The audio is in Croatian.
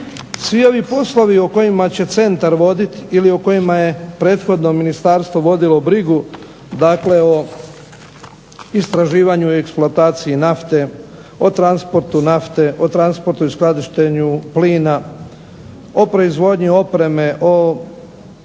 Svi ovi poslovi o kojima će centar vodit ili o kojima je prethodno ministarstvo vodilo brigu, dakle o istraživanju i eksploataciji nafte, o transportu nafte, o transportu i skladištenju plina, o proizvodnji opreme, o